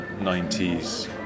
90s